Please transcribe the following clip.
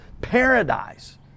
paradise